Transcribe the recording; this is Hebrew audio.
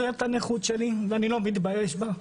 זאת הנכות שלי, ואני לא מתבייש בה.